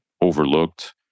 overlooked